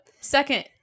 second